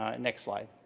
ah next slide.